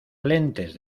lentes